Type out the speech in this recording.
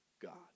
god